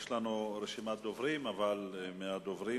יש לנו רשימת דוברים, אבל מהדוברים